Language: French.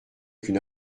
qu’une